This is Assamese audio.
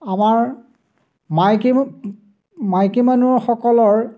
আমাৰ মাইকী মাইকী মানুহসকলৰ